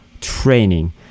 training